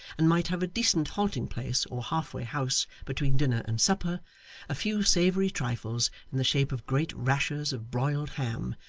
and might have a decent halting-place or halfway house between dinner and supper a few savoury trifles in the shape of great rashers of broiled ham,